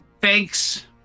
thanks